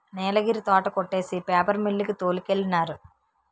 నీలగిరి తోట కొట్టేసి paper mill కి తోలికెళ్ళినారు